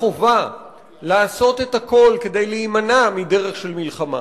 החובה היא לעשות את הכול כדי להימנע מדרך של מלחמה,